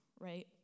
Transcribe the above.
right